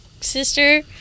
sister